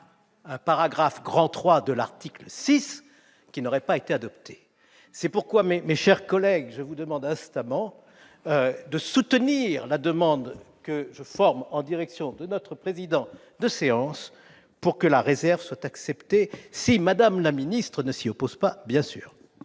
un paragraphe III de l'article 6 qui n'aurait pas été adopté ? C'est pourquoi, mes chers collègues, je vous demande instamment de soutenir la demande que je forme en direction de notre président de séance pour que la réserve soit acceptée, à condition, bien entendu, que Mme la ministre